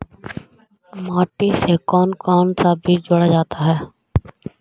माटी से कौन कौन सा बीज जोड़ा जाता है?